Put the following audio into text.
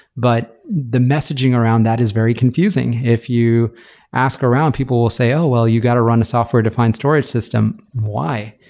but the messaging around that is very confusing if you ask around, people will say, oh! well, you got to run the software defined storage system. why?